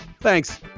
Thanks